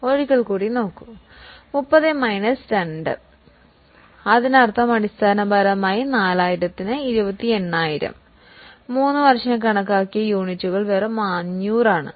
അതിനാൽ 30 മൈനസ് 2 അതിനർത്ഥം അടിസ്ഥാനപരമായി 4000 ന് 28000 3 വർഷം കണക്കാക്കിയ യൂണിറ്റുകൾ വെറും 500 ആണ്